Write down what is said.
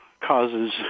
causes